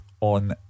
On